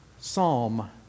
psalm